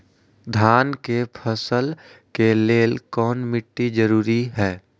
धान के फसल के लेल कौन मिट्टी जरूरी है?